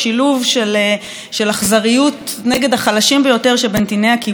של אכזריות נגד החלשים ביותר שבנתיני הכיבוש,